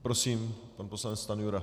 Prosím, pan poslanec Stanjura.